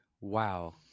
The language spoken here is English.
Wow